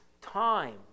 time